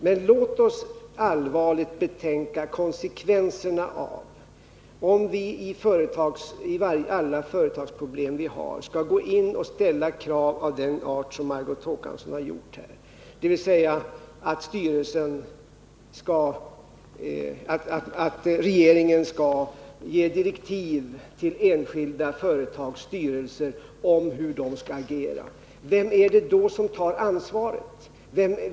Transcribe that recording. Men låt oss allvarligt betänka konsekvenserna av om vi i fråga om alla företagsproblem vi har skall gå in och ställa krav av den art som Margot Håkansson redan har ställt, dvs. att regeringen skall ge direktiv till enskilda företags styrelser om hur dessa skall agera. Vem är det då som tar ansvaret?